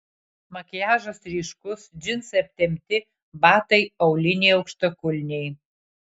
makiažas ryškus džinsai aptempti batai auliniai aukštakulniai